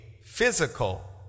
physical